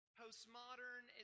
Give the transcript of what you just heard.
postmodern